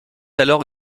alors